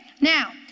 Now